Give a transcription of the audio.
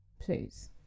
Please